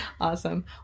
Awesome